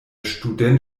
student